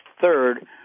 third